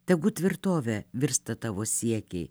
tegu tvirtove virsta tavo siekiai